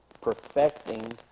perfecting